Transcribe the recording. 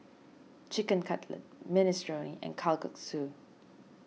Chicken Cutlet Minestrone and Kalguksu